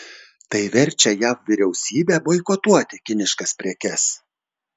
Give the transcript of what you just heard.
tai verčia jav vyriausybę boikotuoti kiniškas prekes